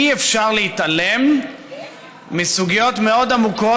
אי-אפשר להתעלם מסוגיות מאוד עמוקות,